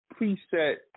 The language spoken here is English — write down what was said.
preset